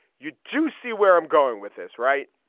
you do see where i'm going with this, right?